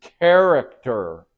character